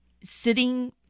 sitting